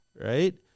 right